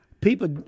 people